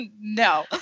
no